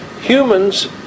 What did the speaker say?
Humans